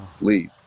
Leave